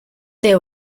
they